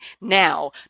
now